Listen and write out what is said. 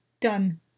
Done